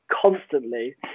constantly